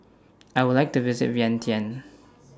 I Would like to visit Vientiane